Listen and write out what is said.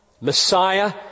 Messiah